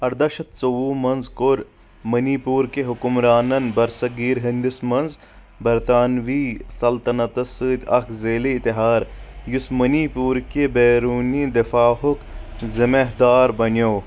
اَرداہ شیٚتھ ژۄوُہ منٛز کوٚر مٔنی پوٗرٕکہِ حُکُمرانَن برصٔغیر ہٕندِس منٛز برطانوی سلطنتَس سۭتۍ اکھ ذیلی اتحار یُس مٔنی پوٗرٕکہِ بیروٗنی دِفاع ہُک ذِمہ دار بنیوو